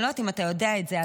אני לא יודעת אם אתה יודע את זה,